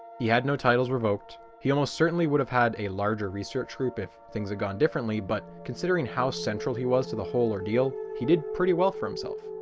he had no titles revoked, he almost certainly would have had a larger research group if things had gone differently but considering how central he was to the whole ordeal he did pretty well for himself.